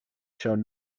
showed